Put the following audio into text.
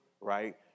right